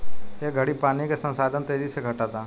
ए घड़ी पानी के संसाधन तेजी से घटता